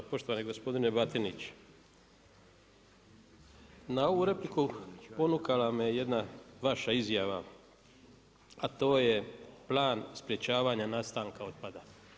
Poštovani gospodine Batinić, na ovu repliku ponukala me jedna vaša izjava a to je plan sprječavanja nastanka otpada.